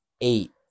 eight